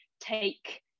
take